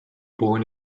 born